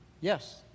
Yes